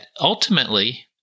ultimately